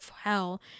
hell